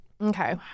Okay